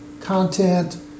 content